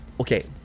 Okay